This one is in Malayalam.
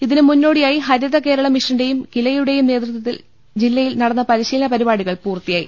ഇതിന് മുന്നോടിയായി ഹരിത കേരളം മിഷന്റെയും കിലയുടെയും നേതൃത്വത്തിൽ ജില്ലയിൽ നടന്ന പരിശീലന പരിപാടികൾ പൂർത്തിയായി